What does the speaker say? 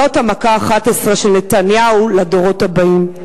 זו המכה ה-11 של נתניהו לדורות הבאים.